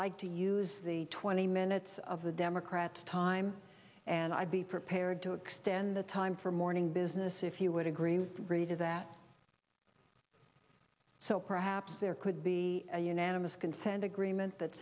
like to use the twenty minutes of the democrats time and i'd be prepared to extend the time for morning business if you would agree with greta that so perhaps there could be a unanimous consent